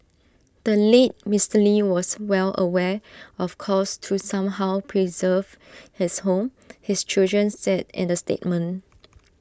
the late Mister lee was well aware of calls to somehow preserve his home his children said in the statement